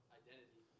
identity